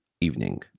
evening